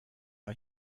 are